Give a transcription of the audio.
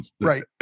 Right